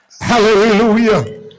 Hallelujah